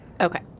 Okay